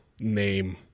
name